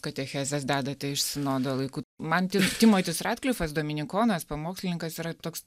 katechezes dedate iš sinodo laikų man timotis ratklifas dominikonas pamokslininkas yra toks